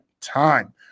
time